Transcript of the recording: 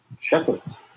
shepherds